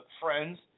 friends